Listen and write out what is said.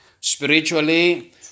Spiritually